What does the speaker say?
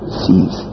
sees